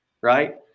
Right